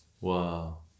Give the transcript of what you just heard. Wow